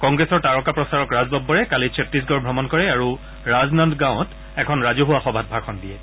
কংগ্ৰেছৰ তাৰকা প্ৰচাৰক ৰাজবাববৰে কালি ছত্তিশগড় ভ্ৰমণ কৰে আৰু ৰাজনন্দগাঁৱত এখন ৰাজহুৱা সভাত ভাষণ দিয়ে